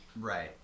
Right